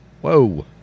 Whoa